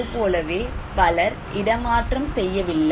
அதுபோலவே பலர் இடமாற்றம் செய்யவில்லை